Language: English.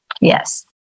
Yes